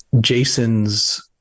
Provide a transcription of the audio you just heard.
Jason's